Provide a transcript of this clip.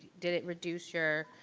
did it reduce your,